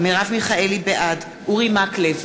בעד אורי מקלב,